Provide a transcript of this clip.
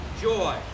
joy